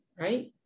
right